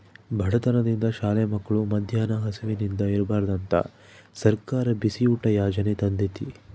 ಬಡತನದಿಂದ ಶಾಲೆ ಮಕ್ಳು ಮದ್ಯಾನ ಹಸಿವಿಂದ ಇರ್ಬಾರ್ದಂತ ಸರ್ಕಾರ ಬಿಸಿಯೂಟ ಯಾಜನೆ ತಂದೇತಿ